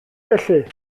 felly